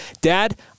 dad